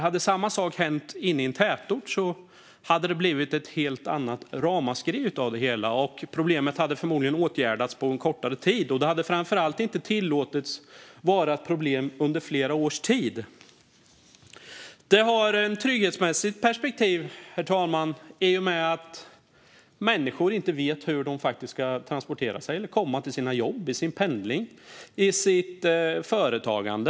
Hade samma sak hänt i en tätort hade det blivit ett helt annat ramaskri av det hela, och problemet hade förmodligen åtgärdats på kortare tid. Det hade framför allt inte tillåtits att vara ett problem under flera års tid. Det finns ett trygghetsmässigt perspektiv, herr talman, i och med att människor inte vet hur de ska transportera sig eller komma till sina jobb. De vet inte hur det blir med deras pendling eller deras företagande.